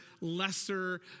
lesser